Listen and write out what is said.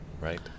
right